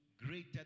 greater